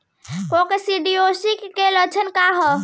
Coccidiosis के लक्षण का ह?